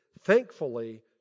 thankfully